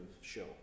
show